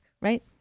right